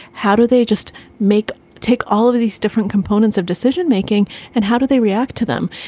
how do they just make take all of these different components of decision making and how do they react to them?